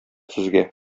сезгә